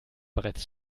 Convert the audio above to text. bereits